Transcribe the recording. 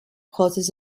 causes